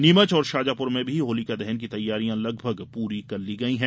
नीमच और शाजापुर में भी होलिका दहन की तैयारियां लगभग पूरी कर ली गई हैं